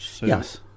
Yes